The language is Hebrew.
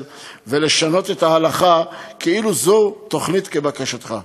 ולשנות את ההלכה כאילו זו תוכנית כבקשתך.